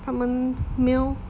他们 meal